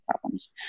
problems